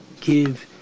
give